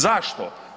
Zašto?